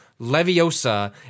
Leviosa